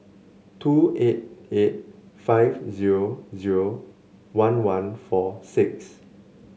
two eight eight five zero zero one one four six